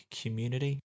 community